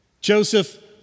Joseph